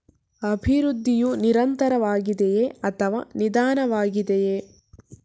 ಅಭಿವೃದ್ಧಿಯು ನಿರಂತರವಾಗಿದೆಯೇ ಅಥವಾ ನಿಧಾನವಾಗಿದೆಯೇ?